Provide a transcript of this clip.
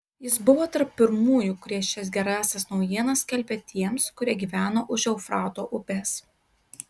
jis buvo tarp pirmųjų kurie šias gerąsias naujienas skelbė tiems kurie gyveno už eufrato upės